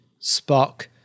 Spock